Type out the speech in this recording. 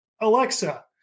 Alexa